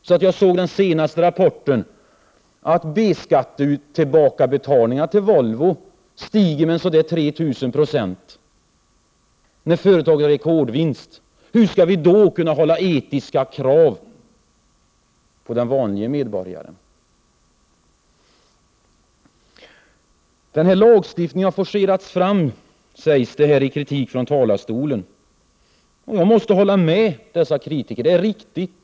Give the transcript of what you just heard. Enligt en rapport helt nyligen stiger återbetalningarna av B-skatt till Volvo med ca 3 000 260 — och vinsten är rekordstor! Hur skall vi i det läget kunna ställa etiska krav på den vanlige medborgaren? Lagstiftningen har forcerats fram, säger kritikerna här från talarstolen. Jag måste hålla med kritikerna om att det är riktigt.